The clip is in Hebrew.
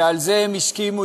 ועל זה הם הסכימו.